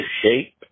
shape